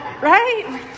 right